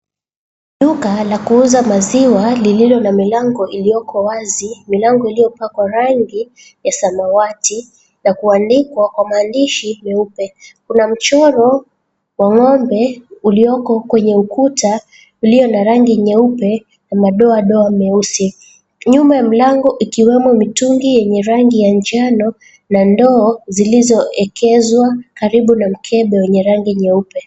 Duka la kuuza maziwa lililo na milango iliyoko wazi, milango iliyopakwa rangi ya samawati, na kuandikwa kwa maandishi meupe. Kuna mchoro wa ng'ombe ulioko kwenye ukuta ulio na rangi nyeupe na madoadoa meusi. Nyuma ya mlango ikiwemo mitungi yenye rangi ya njano na ndoo zilizoekezwa karibu na mkebe wenye rangi nyeupe.